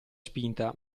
spinta